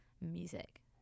music